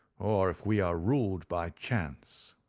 or if we are ruled by chance